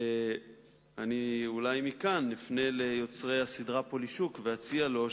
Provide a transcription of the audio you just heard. אני אולי מכאן אפנה ליוצרי הסדרה "פולישוק" ואציע להם